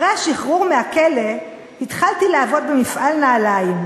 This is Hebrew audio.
אחרי השחרור מהכלא התחלתי לעבוד במפעל נעליים,